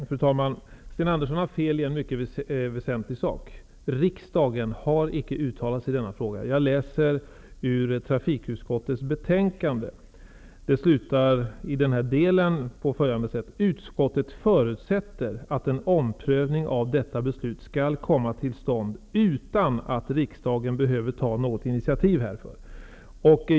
Fru talman! Sten Andersson har fel i en mycket väsentlig sak: riksdagen har icke uttalat sig i denna fråga. Jag läser ur trafikutskottets betänkande, där det skrivs på följande sätt: Utskottet förutsätter att en omprövning av detta beslut skall komma till stånd utan att riksdagen behöver ta något initiativ härtill.